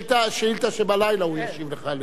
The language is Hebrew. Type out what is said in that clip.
יש לו תשובה, בוודאי, אבל לא כאן.